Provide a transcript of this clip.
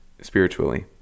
spiritually